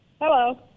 Hello